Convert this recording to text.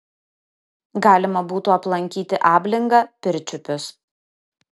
galima būtų aplankyti ablingą pirčiupius